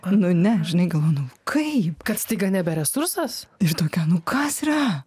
nu ne žinai galvoju nu kaip kad staiga nebe resursas ir tokia nu kas yra